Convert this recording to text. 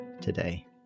today